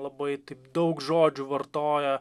labai daug žodžių vartoja